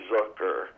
Zucker